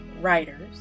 writers